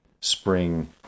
spring